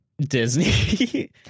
disney